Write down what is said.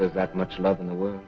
there's that much love in the world